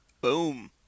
boom